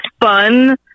fun